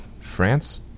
France